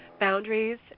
boundaries